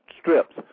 strips